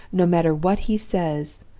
no matter what he says,